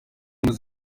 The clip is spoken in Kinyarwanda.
zunze